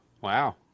wow